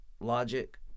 Logic